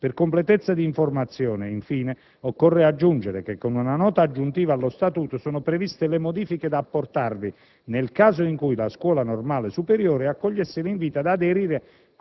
Per completezza di informazione occorre aggiungere che, con nota aggiuntiva allo Statuto, sono già previste le modifiche da apportarvi nel caso in cui la Scuola Normale Superiore accogliesse l'invito ad aderire